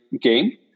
game